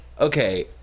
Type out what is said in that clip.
okay